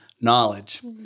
knowledge